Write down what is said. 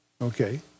Okay